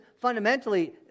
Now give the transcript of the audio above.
fundamentally